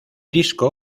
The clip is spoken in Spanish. disco